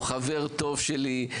הוא חבר טוב שלי,